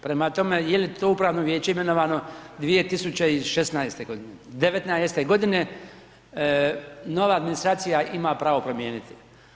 Prema tome, je li to upravno vijeće imenovano 2016. godine, '19. godine nova administracija ima pravo promijeniti.